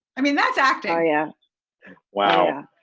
i mean that's acting. oh yeah. wow.